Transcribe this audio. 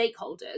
stakeholders